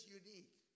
unique